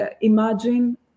imagine